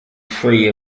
free